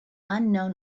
unknown